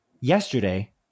yesterday